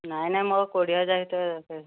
ନାହିଁ ନାହିଁ ମୋର କୋଡ଼ିଏ ହଜାର ଭିତରେ ଦରକାର